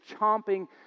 chomping